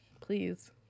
Please